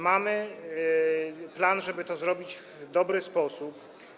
Mamy plan, żeby to zrobić w dobry sposób.